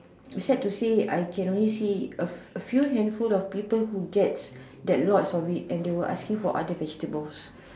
sad to say I can only see a a few handful of people who get get lots of it and they were asking for other vegetables